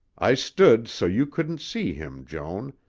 i stood so you couldn't see him, joan,